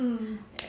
mm